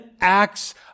acts